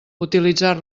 utilitzar